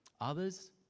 Others